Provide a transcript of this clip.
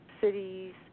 cities